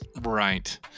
Right